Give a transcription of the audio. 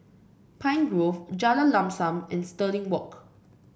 Pine Grove Jalan Lam Sam and Stirling Walk